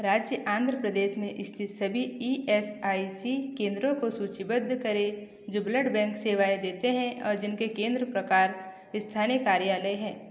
राज्य आंध्र प्रदेश में स्थित सभी ई एस आई सी केंद्रों को सूचीबद्ध करें जो ब्लड बैंक सेवाएँ देते हैं और जिनके केंद्र प्रकार स्थानीय कार्यालय हैं